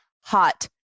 hot